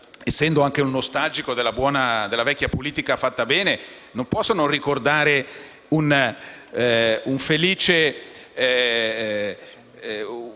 essendo anche un nostalgico della vecchia politica fatta bene, non posso non ricordare una felice